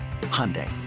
Hyundai